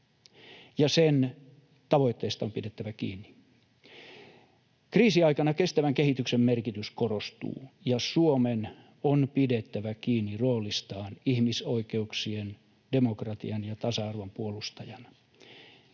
sen tavoitteista on pidettävä kiinni. Kriisiaikana kestävän kehityksen merkitys korostuu, ja Suomen on pidettävä kiinni roolistaan ihmisoikeuksien, demokratian ja tasa-arvon puolustajana.